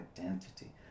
identity